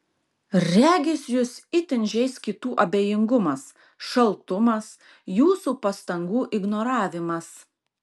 regis jus itin žeis kitų abejingumas šaltumas jūsų pastangų ignoravimas